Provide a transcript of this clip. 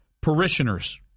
parishioners